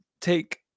take